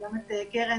וגם את קרן,